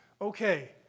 okay